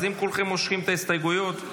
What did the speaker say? אז אם כולכם מושכים את ההסתייגויות,